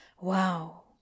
Wow